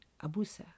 Abusa